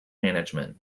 management